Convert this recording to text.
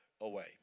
away